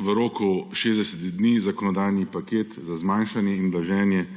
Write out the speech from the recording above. v roku 60 dni zakonodajni paket za zmanjšanje in blaženje